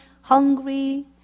Hungry